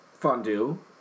Fondue